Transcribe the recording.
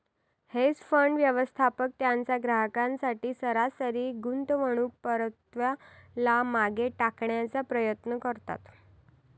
hedge fund, व्यवस्थापक त्यांच्या ग्राहकांसाठी सरासरी गुंतवणूक परताव्याला मागे टाकण्याचा प्रयत्न करतात